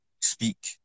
speak